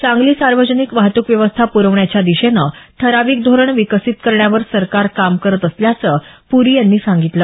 चांगली सार्वजनिक वाहतूक व्यवस्था प्रवण्याच्या दिशेनं ठराविक धोरण विकसित करण्यावर सरकार काम करत असल्याचं प्री यांनी सांगितलं